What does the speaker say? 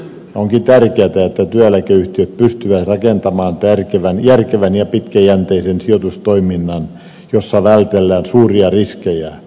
onkin tärkeätä että työeläkeyhtiöt pystyvät rakentamaan järkevän ja pitkäjänteisen sijoitustoiminnan jossa vältellään suuria riskejä